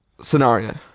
scenario